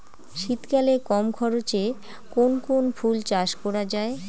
শীতকালে কম খরচে কোন কোন ফুল চাষ করা য়ায়?